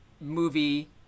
movie